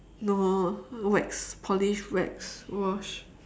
no wax polish wax wash